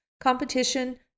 competition